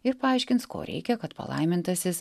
ir paaiškins ko reikia kad palaimintasis